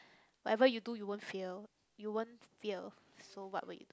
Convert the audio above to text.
whatever you do you won't fail you won't fear so what would you do